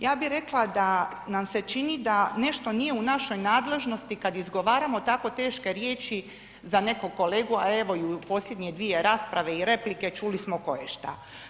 Ja bih rekla da nam se čini da nešto nije u našoj nadležnosti kad izgovaramo takvo teške riječi za nekog kolegu, a evo i u posljednje dvije rasprave i replike čuli smo koješta.